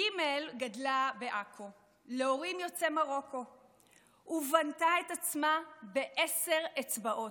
ג' גדלה בעכו להורים יוצאי מרוקו ובנתה את עצמה בעשר אצבעות.